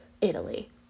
Italy